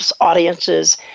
audiences